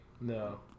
no